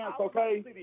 okay